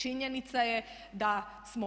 Činjenica je da se